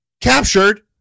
captured